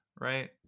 right